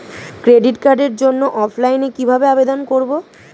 Credit কার্ডের জন্য অফলাইনে কিভাবে আবেদন করব?